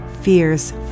fears